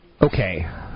Okay